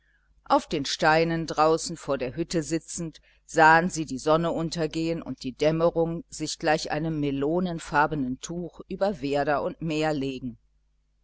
auf den steinen draußen vor der hütte sitzend sahen sie die sonne untergehen und die dämmerung sich gleich einem melonenfarbenen tuch über werder und meer legen